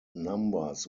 numbers